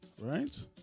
Right